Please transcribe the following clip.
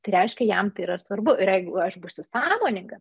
tai reiškia jam tai yra svarbu ir jeigu aš būsiu sąmoningas